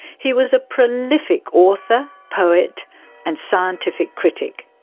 he was a prolific author, poet and scientific critic.